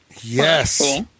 Yes